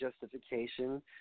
justification